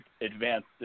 advanced